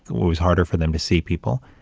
was harder for them to see people.